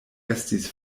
estis